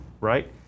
right